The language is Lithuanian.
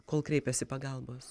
kol kreipiasi pagalbos